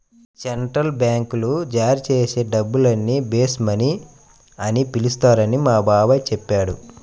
central బ్యాంకులు జారీ చేసే డబ్బుల్ని బేస్ మనీ అని పిలుస్తారని మా బాబాయి చెప్పాడు